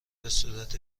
بهصورت